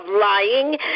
lying